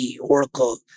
Oracle